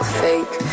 fake